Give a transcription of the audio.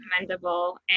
commendable